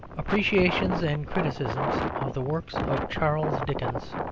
appreciations and criticisms of the works of charles dickens,